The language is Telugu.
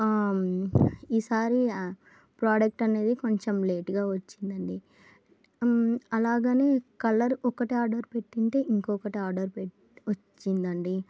ఈసారి ప్రోడక్ట్ అనేది కొంచెం లేటుగా వచ్చిందండి అలాగనే కలర్ ఒకటి ఆర్డర్ పెట్టుంటే ఇంకొకటి ఆర్డర్ పెట్ వచ్చిందండి